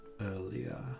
earlier